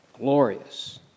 glorious